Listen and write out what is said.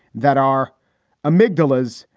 that are amygdalas.